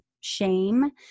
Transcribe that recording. shame